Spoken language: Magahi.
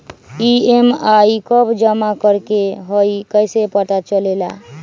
ई.एम.आई कव जमा करेके हई कैसे पता चलेला?